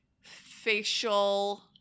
facial